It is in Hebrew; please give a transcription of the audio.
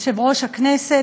יושב-ראש הכנסת,